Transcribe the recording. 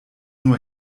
nur